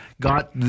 got